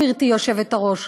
גברתי היושבת-ראש,